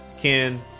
Ken